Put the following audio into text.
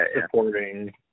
supporting –